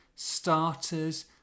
starters